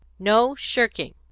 no shirking.